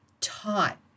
taught